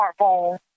smartphone